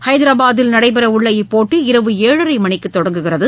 ஹைதராபாதில் நடைபெறவுள்ள இப்போட்டி இரவு ஏழரை மணிக்கு தொடங்குகிறது